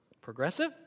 Progressive